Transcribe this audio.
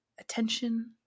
attention